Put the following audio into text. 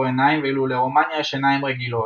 עיניים ואילו לרומניה יש עיניים רגילות.